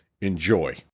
Enjoy